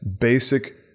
basic